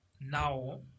now